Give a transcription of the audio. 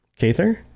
Kather